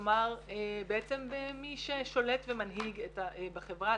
כלומר, בעצם במי ששולט ומנהיג בחברה.